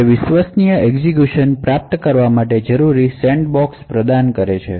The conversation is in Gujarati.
જે ટૃસ્ટેડ એકજિકયુંસન એન્વાયરમેન્ટ પ્રાપ્ત કરવા માટે જરૂરી સેન્ડબોક્સ પ્રદાન કરે છે